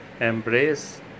embrace